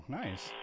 nice